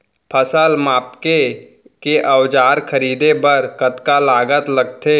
फसल मापके के औज़ार खरीदे बर कतका लागत लगथे?